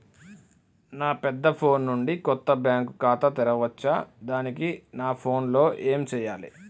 నా పెద్ద ఫోన్ నుండి కొత్త బ్యాంక్ ఖాతా తెరవచ్చా? దానికి నా ఫోన్ లో ఏం చేయాలి?